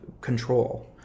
control